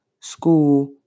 school